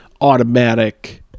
automatic